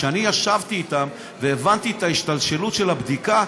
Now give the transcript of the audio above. כשאני ישבתי אתם והבנתי את ההשתלשלות של הבדיקה,